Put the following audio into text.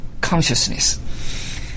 consciousness